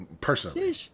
personally